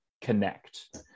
connect